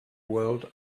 world